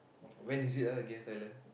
when is it uh against Thailand